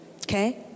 okay